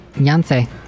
Yancey